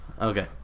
Okay